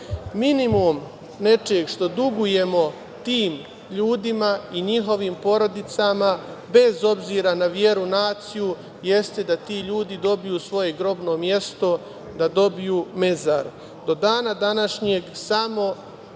ubijeno. Minimum nečeg što dugujemo tim ljudima i njihovim porodicama, bez obzira na veru, naciju, jeste da ti ljudi dobiju svoje grobno mesto, da dobiju mezar. Do dana današnjeg samo